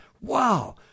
Wow